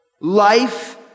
Life